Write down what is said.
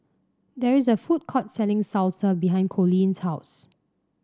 there is a food court selling Salsa behind Coleen's house